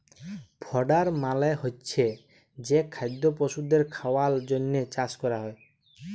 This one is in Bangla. ফডার মালে হচ্ছে যে খাদ্য পশুদের খাওয়ালর জন্হে চাষ ক্যরা হ্যয়